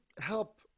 help